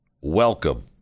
welcome